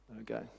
Okay